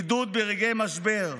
עידוד ברגעי משבר.